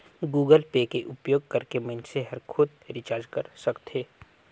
Google pay के उपयोग करके मइनसे हर खुद रिचार्ज कर सकथे